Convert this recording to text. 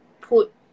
put